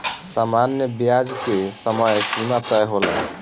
सामान्य ब्याज के समय सीमा तय होला